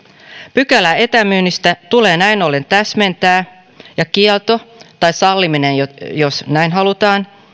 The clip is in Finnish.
pykälää etämyynnistä tulee näin ollen täsmentää ja kiellon tai sallimisen jos näin halutaan